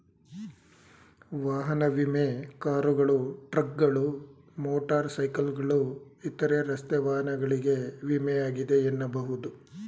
ವಾಹನ ವಿಮೆ ಕಾರುಗಳು, ಟ್ರಕ್ಗಳು, ಮೋಟರ್ ಸೈಕಲ್ಗಳು ಇತರ ರಸ್ತೆ ವಾಹನಗಳಿಗೆ ವಿಮೆ ಆಗಿದೆ ಎನ್ನಬಹುದು